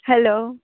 hello